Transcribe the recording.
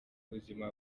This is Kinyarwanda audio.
buzima